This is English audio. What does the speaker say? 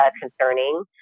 concerning